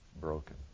broken